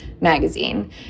magazine